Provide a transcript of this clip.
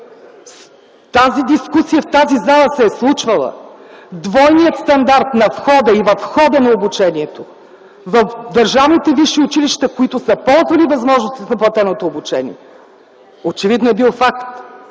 Тази дискусия в тази зала се е случвала. Двойният стандарт на входа и в хода на обучението в държавните висши училища, които са ползвали възможности за платеното обучение, очевидно е бил факт.